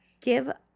give